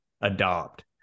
adopt